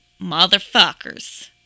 motherfuckers